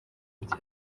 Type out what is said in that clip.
bye